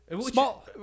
small